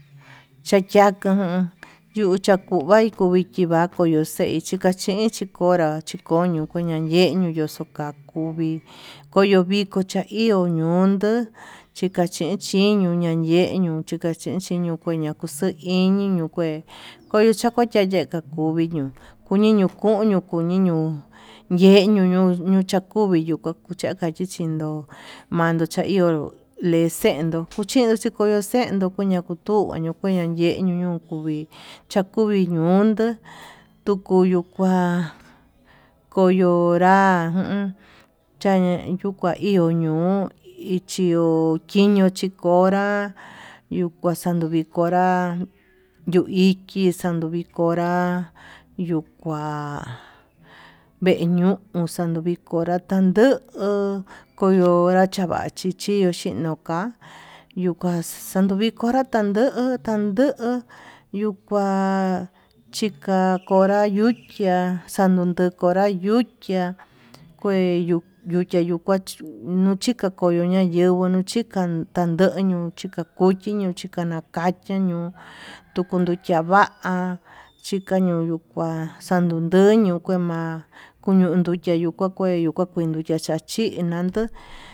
Chakikun yuu chakuchiva'a koyo xhein chi ka chinchi konrá, chikoño kuu ña'a yeñuu ñuu yoxo ka'a kuvii koyo viko chaio ño'o ondo chika chi chiguo ñayiguó yeñuu chika chiño kue ña'a, ñakuxuu iño kue koyo xaka kuayeka kolexendo kuche, chikoño xendo kuña kutugando kuña ñee ñuu kuvii chakuvi ñondo tuku yuu kua koyonrá uun chuka iho ño'o, ichio chiñio chi konrá yuu kuan xando vii konrá yuu iki xanduu vii konrá yuu kua viñuu xando vii konrá nduu koyo honra xava'a chichi iho xhino ka'a, yuu kua xandu vii konra xanduu tanduu yuu kuá chika konra yuchiá xando yuu konra yuchiá kue yukia yuu kua chunu, chika koyo no'o yenguo nuu chí kandenu chika kuyuu chino chana kache ño'o tuku nduchia va'a, chika nuyuu kua kandun nduyuu kema'a kuyun nduchia yuu kua kue yuu kua kué yuchia chachin ndando.